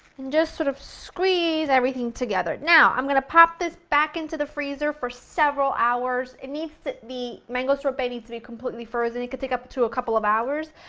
and just sort of squeeze everything together. now, i'm going to pop this back into the freezer for several hours, it needs to the mango sorbet needs to be completely frozen, it could take up to a couple of hours,